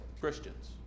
Christians